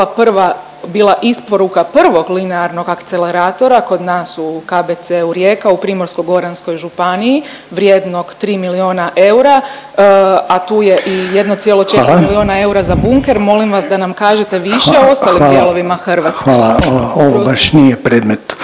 bila prva, bila isporuka prvog linearnog akceleratora kod nas u KBC-u Rijeka u Primorsko-goranskoj županiji vrijednog 3 miliona eura, a tu je i 1,4 milijuna eura za … …/Upadica Željko Reiner: Hvala./… … bunker molimo vas da nam kažete više o ostalim dijelovima Hrvatske. **Reiner,